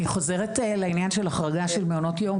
אני חוזרת לעניין החרגת מעונות היום.